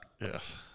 Yes